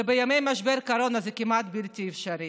ובימי משבר הקורונה זה כמעט בלתי אפשרי.